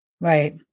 Right